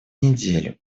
неделю